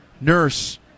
nurse